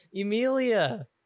Emilia